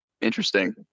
Interesting